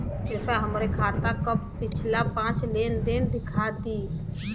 कृपया हमरे खाता क पिछला पांच लेन देन दिखा दी